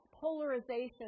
polarization